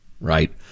Right